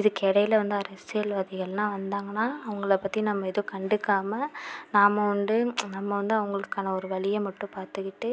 இதுக்கு இடைல வந்து அரசியல்வாதிகளெலாம் வந்தாங்கனால் அவங்கள பற்றி நம்ம எதுவும் கண்டுக்காமல் நாம் உண்டு நம்ம வந்து அவங்களுக்கான ஒரு வழியை மட்டும் பார்த்துக்கிட்டு